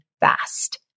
fast